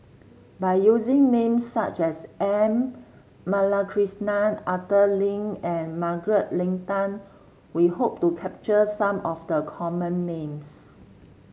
by using names such as M Balakrishnan Arthur Lim and Margaret Leng Tan we hope to capture some of the common names